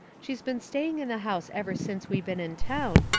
she's been staying in the house ever since we been in town,